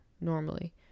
normally